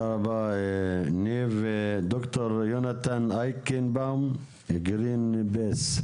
דוקטור יונתן אייקנבאום, גרינפיס.